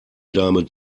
dame